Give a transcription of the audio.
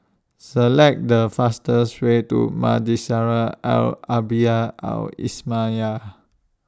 Select The fastest Way to Madrasah Al Arabiah Al Islamiah